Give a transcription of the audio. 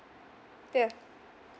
ya